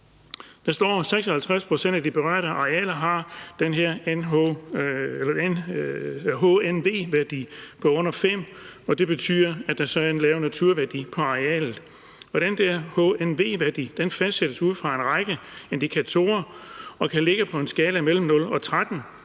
Der står, at 56 pct. af de berørte arealer har den her HNV-værdi på under 5, og det betyder, at der så er en lav naturværdi på arealet. Og den der HNV-værdi fastsættes ud fra en række indikatorer og kan ligge på en skala mellem 0 og 13,